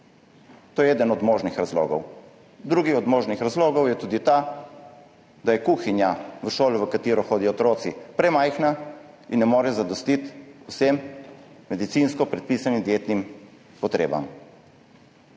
To je eden od možnih razlogov. Drugi od možnih razlogov je tudi ta, da je kuhinja v šoli, v katero hodijo otroci, premajhna in ne morejo zadostiti vsem medicinsko predpisanim dietnim potrebam.